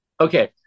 Okay